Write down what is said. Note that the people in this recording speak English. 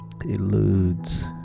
eludes